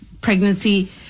Pregnancy